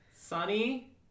Sunny